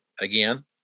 again